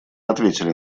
ответили